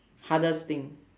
hardest thing